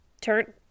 turn